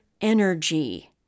energy